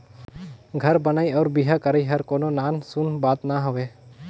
घर बनई अउ बिहा करई हर कोनो नान सून बात ना हवे